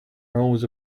always